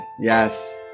Yes